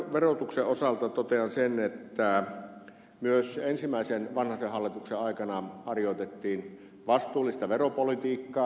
verotuksen osalta totean sen että myös ensimmäisen vanhasen hallituksen aikana harjoitettiin vastuullista veropolitiikkaa